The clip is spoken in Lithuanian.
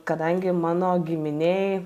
kadangi mano giminėj